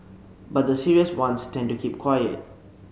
but the serious ones tend to keep quiet